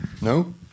No